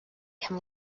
can